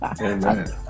Amen